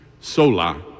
Sola